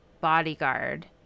bodyguard